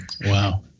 Wow